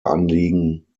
anliegen